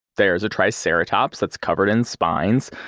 there's a triceratops that's covered in spines,